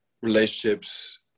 relationships